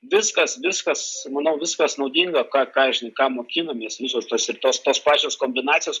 viskas viskas manau viskas naudinga ką ką žinai ką mokinamės visos tos ir tos tos pačios kombinacijos